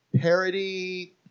parody